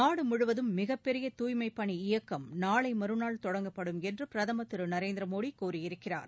நாடு முழுவதும் மிகப்பெரிய தூய்மைப் பணி இயக்கம் நாளை மறுநாள் தொடங்கப்படும் என்று பிரதமர் திரு நரேந்திர மோடி கூறியிருக்கிறார்